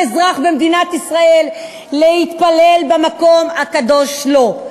כל אזרח במדינת ישראל להתפלל במקום הקדוש לו.